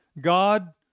God